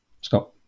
Scott